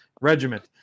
regiment